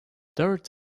dirt